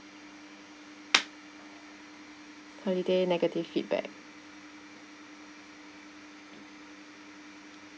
holiday negative feedback